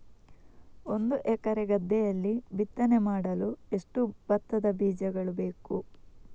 ಒಂದು ಎಕರೆ ಗದ್ದೆಯಲ್ಲಿ ಬಿತ್ತನೆ ಮಾಡಲು ಎಷ್ಟು ಭತ್ತದ ಬೀಜಗಳು ಬೇಕು?